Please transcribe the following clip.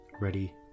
ready